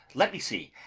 let me see,